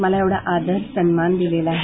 मला एवढा आदर सन्मान दिलेला आहे